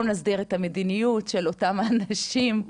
נסדיר את המדיניות של אותם האנשים.